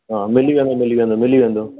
हा मिली वेंदव मिली वेंदव मिली वेंदव